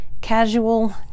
casual